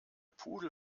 pudel